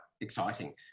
exciting